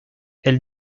elle